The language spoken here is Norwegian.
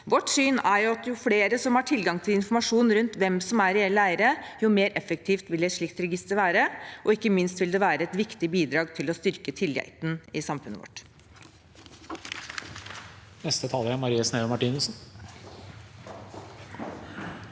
Vårt syn er at jo flere som har tilgang til informasjon om hvem som er reelle eiere, jo mer effektivt vil et slikt register være, og ikke minst vil det være et viktig bidrag til å styrke tilliten i samfunnet vårt.